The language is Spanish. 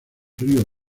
río